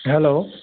hello